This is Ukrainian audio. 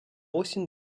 осінь